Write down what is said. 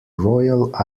royal